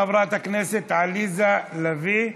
חברת הכנסת עליזה לביא,